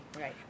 Right